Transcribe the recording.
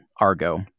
Argo